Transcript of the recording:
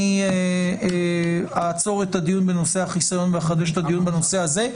אני אעצור את הדיון בנושא החיסיון ואחדש את הדיון בנושא הזה.